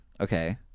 Okay